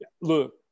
Look